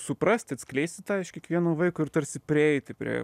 suprasti atskleisti tą iš kiekvieno vaiko ir tarsi prieiti prie